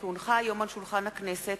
כי הונחה היום על שולחן הכנסת,